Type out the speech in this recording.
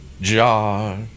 Jar